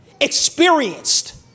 experienced